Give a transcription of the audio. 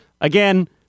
Again